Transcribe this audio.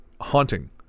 haunting